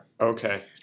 Okay